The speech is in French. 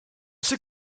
sait